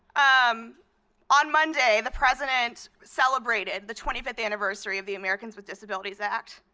um on monday the president celebrated the twenty fifth anniversary of the americans with disabilities act.